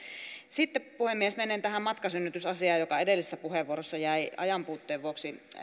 sitten puhemies menen tähän matkasynnytysasiaan joka edellisessä puheenvuorossa jäi ajanpuutteen vuoksi